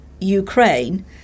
Ukraine